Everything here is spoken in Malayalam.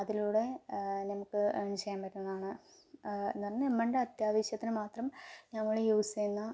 അതിലൂടെ നമുക്ക് ഏൺ ചെയ്യാൻ പറ്റുന്നതാണ് എന്ന് പറഞ്ഞാൽ നമ്മളുടെ അത്യാവശ്യത്തിന് മാത്രം നമ്മൾ യൂസ് ചെയ്യുന്ന